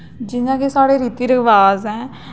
जि'यां कि साढ़े रीति रवाज ऐं